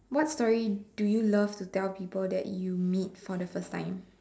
what story do you love to tell people that you meet for the first time